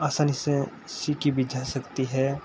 आसानी से सीखी भी जा सकती है